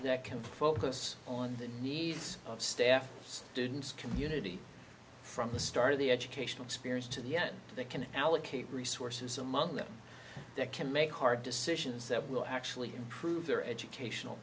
that can focus on the needs of staff students community from the start of the educational spears to the yet they can allocate resources among them that can make hard decisions that will actually improve their educational